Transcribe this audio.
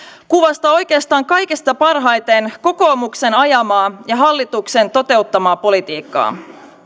kuvastaa oikeastaan kaikista parhaiten kokoomuksen ajamaa ja hallituksen toteuttamaa politiikkaa